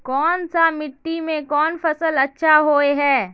कोन सा मिट्टी में कोन फसल अच्छा होय है?